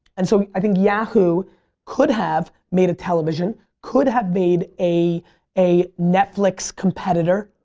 and so i think yahoo could have made a television, could have made a a netflix competitor.